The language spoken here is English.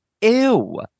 ew